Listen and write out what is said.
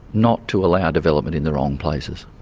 not to allow development in the wrong places.